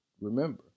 Remember